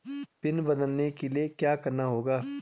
Pin बदलने के लिए क्या करना होगा?